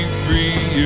free